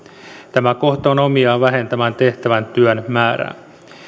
tämä kohta on omiaan vähentämään tehtävän työn määrää